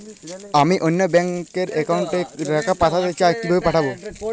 আমি অন্য ব্যাংক র অ্যাকাউন্ট এ টাকা পাঠাতে চাই কিভাবে পাঠাবো?